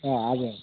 अँ हजुर